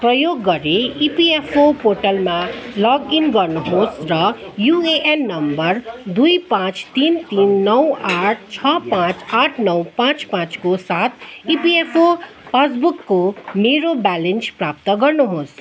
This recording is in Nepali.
प्रयोग गरेर इपिएफओ पोर्टलमा लगइन गर्नु होस् र युएएन नम्बर दुई पाँच तिन तिन नौ आठ छ पाँच आठ नौ पाँच पाँचको साथ इपिएफओ पासबुकको मेरो ब्यालेन्स प्राप्त गर्नु होस्